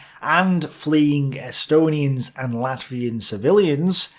and fleeing estonians and latvian civilians,